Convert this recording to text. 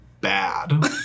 bad